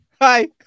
hi